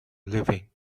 living